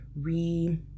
re